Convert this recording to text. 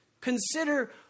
consider